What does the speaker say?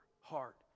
heart